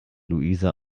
luisa